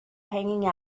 hanging